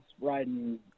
riding